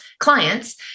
clients